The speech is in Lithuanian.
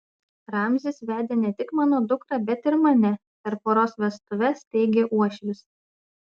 ramzis vedė ne tik mano dukrą bet ir mane per poros vestuves teigė uošvis